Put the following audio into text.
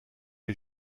est